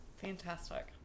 Fantastic